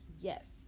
yes